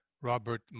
Robert